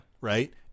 Right